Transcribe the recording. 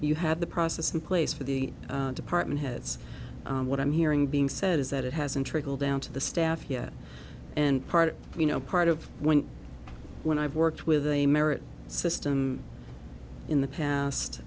you have the process in place for the department heads what i'm hearing being said is that it hasn't trickled down to the staff yet and part you know part of when when i've worked with a merit system in the